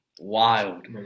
wild